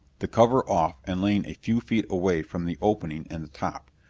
the cover off and lying a few feet away from the opening in the top.